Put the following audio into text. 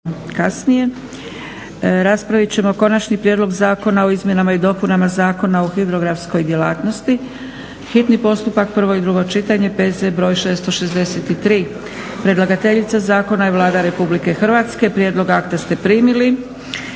(SDP)** Raspraviti ćemo 5. Konačni prijedlog zakona o izmjenama i dopunama Zakona o hidrografskoj djelatnosti, hitni postupak, prvo i drugo čitanje, P.Z. br. 663; Predlagateljica zakona je Vlada Republike Hrvatske. Prijedlog akta ste primili.